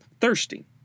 thirsty